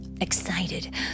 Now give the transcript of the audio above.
Excited